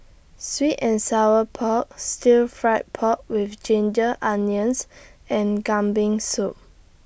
Sweet and Sour Pork Stir Fried Pork with Ginger Onions and Kambing Soup